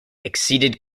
exceeded